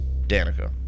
Danica